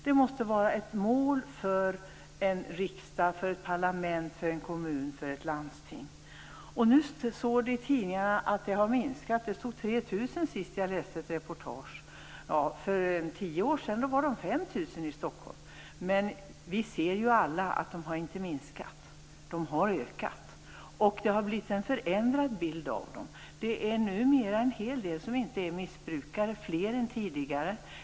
Det måste vara ett mål för en riksdag, för ett parlament, för en kommun och för ett landsting. Nu står det i tidningarna att de har minskat i antal. Det stod att de var 3 000 sist jag läste ett reportage. För tio år sedan var de 5 000 i Stockholm. Men vi ser ju alla att de inte har minskat i antal. De har ökat. Det har blivit en förändrad bild av dem. Numera är det en hel del som inte är missbrukare. Det är fler än tidigare.